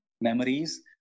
memories